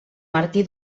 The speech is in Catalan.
martí